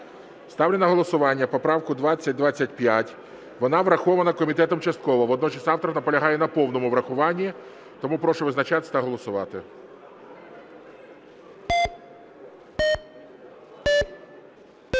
Ставлю на голосування поправку 2025, вона врахована комітетом частково. Водночас автор наполягає на повному врахуванні, тому прошу визначатись та голосувати.